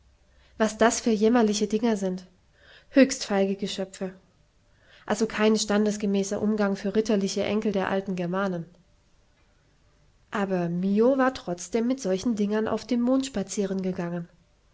was das für jämmerliche dinger sind höchst feige geschöpfe also kein standesgemäßer umgang für ritterliche enkel der alten germanen aber mio war trotzdem mit solchen dingern auf dem mond spazieren gegangen